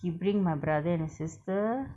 he bring my brother and sister